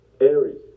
Aries